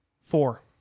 four